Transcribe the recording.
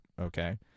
okay